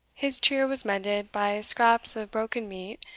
his cheer was mended by scraps of broken meat,